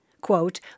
quote